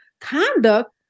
conduct